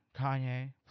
Kanye